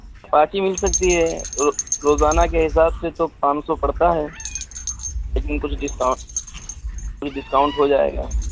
parking مل سکتی ہے روزانہ کے حساب سے تو پانچ سو پڑتا ہے لیکن کچھ ڈسکاؤن کچھ ڈسکاؤنٹ ہو جائے گا